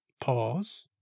Pause